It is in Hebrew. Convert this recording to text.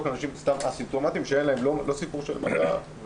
אנשים אסימפטומטיים שאין להם סיפור של מחלה?